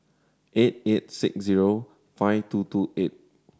eight eight six zero five two two eight